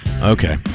Okay